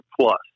plus